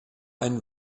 einen